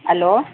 hello